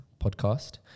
podcast